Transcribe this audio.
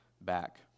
back